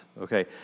Okay